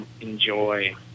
enjoy